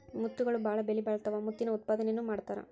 ಮುತ್ತುಗಳು ಬಾಳ ಬೆಲಿಬಾಳತಾವ ಮುತ್ತಿನ ಉತ್ಪಾದನೆನು ಮಾಡತಾರ